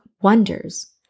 wonders